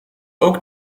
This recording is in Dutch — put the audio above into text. ook